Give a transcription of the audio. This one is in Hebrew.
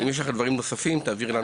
אם יש לך עוד דברים תעבירי אלינו.